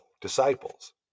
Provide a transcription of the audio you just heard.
disciples